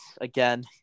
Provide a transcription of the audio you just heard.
again